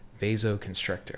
vasoconstrictor